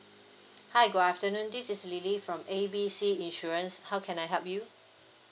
hi good afternoon this is lily from A B C insurance how can I help you